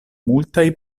multaj